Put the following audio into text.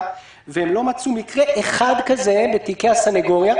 ולא מצאו מקרה אחד כזה בתיקי הסניגוריה,